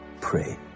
Pray